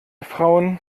frauen